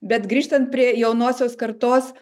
bet grįžtant prie jaunosios kartos